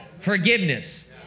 Forgiveness